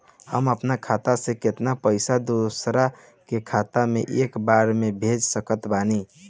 हम अपना खाता से केतना पैसा दोसरा के खाता मे एक बार मे भेज सकत बानी?